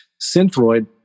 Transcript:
Synthroid